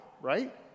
right